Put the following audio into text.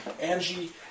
Angie